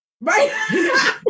right